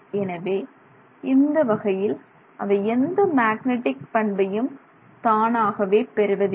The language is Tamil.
எனவே இந்த வகையில் அவை எந்த மேக்னடிக் பண்பையும் தானாகவே பெறுவதில்லை